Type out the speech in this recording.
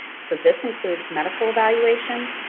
so, this includes medical evaluation,